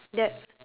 that